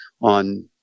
on